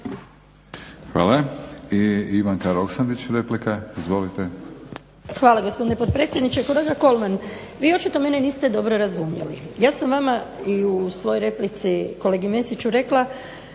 Izvolite. **Roksandić, Ivanka (HDZ)** Hvala gospodine potpredsjedniče. Kolega Kolman, vi očito niste mene dobro razumjeli. Ja sam vama i u svojoj replici kolegi Mesiću rekla